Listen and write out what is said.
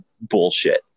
bullshit